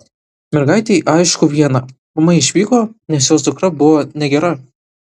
mergaitei aišku viena mama išvyko nes jos dukra buvo negera